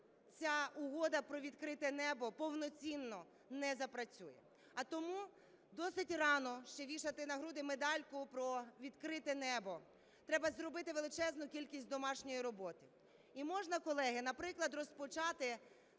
ця Угода про "відкрите небо" повноцінно не запрацює. А тому досить рано ще вішати на груди медальку про "відкрите небо", треба зробити величезну кількість домашньої роботи. І можна, колеги, наприклад, розпочати з